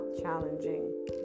challenging